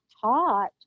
taught